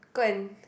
go and